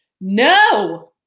No